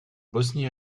bosnie